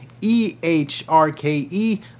E-H-R-K-E